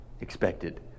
expected